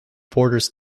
borders